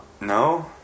no